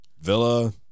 Villa